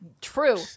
true